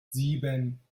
sieben